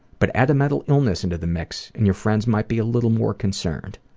but add a mental illness into the mix and your friends might be a little more concerned.